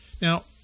Now